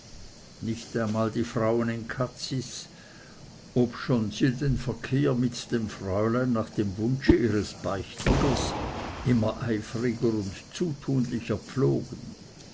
nicht einmal die frauen in cazis obschon sie den verkehr mit dem fräulein nach dem wunsche ihres beichtigers immer eifriger und zutulicher pflogen